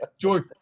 George